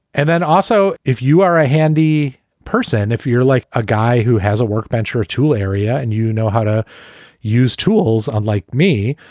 and then also if you are a handy person, if you're like a guy who has a workbench or tool area and you know how to use tools, unlike me,